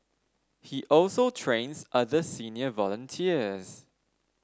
he also trains other senior volunteers